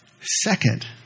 Second